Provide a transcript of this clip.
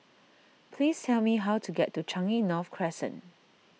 please tell me how to get to Changi North Crescent